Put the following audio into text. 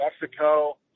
Mexico